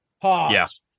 pause